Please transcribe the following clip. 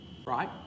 Right